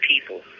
people